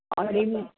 आणि